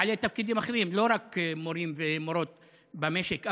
בעלי תפקידים אחרים ולא רק מורים ומורות במשק,